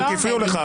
כי הפריעו לך,